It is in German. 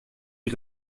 die